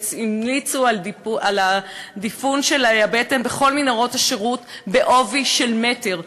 המליצו על דיפון הבטן בכל מנהרות השירות בעובי של מטר,